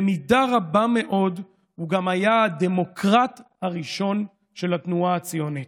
במידה רבה מאוד הוא גם היה הדמוקרט הראשון של התנועה הציונית.